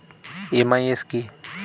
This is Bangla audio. এম.আই.এস কি?